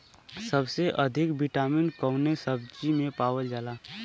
सबसे अधिक विटामिन कवने सब्जी में पावल जाला?